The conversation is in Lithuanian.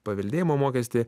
paveldėjimo mokestį